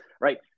right